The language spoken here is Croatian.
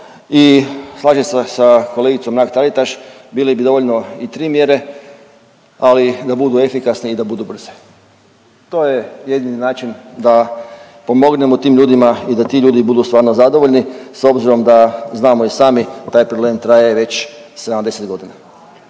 i slažem se sa kolegicom Mrak-Taritaš bili bi dovoljne i tri mjere ali da budu efikasne i da budu brze. To je jedini način da pomognemo tim ljudima i da ti ljudi budu stvarno zadovoljni s obzirom da znamo i sami taj problem traje već 70 godina.